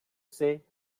say